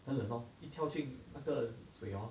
很冷 lor 一跳进那个水 hor